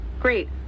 Great